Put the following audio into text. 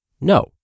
no